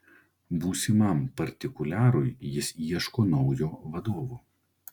būsimam partikuliarui jis ieško naujo vadovo